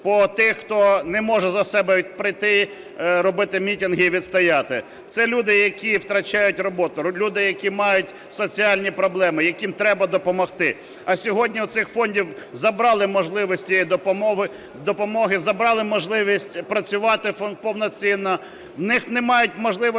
по тим, хто не може за себе прийти робити мітинги і відстояти. Це люди, які втрачають роботу, люди, які мають соціальні проблеми, яким треба допомогти. А сьогодні у цих фондів забрали можливість цієї допомоги, забрали можливість працювати повноцінно. У них немає можливості